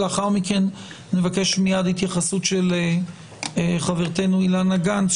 לאחר מכן נבקש מיד התייחסות של חברתנו אילנה גנס,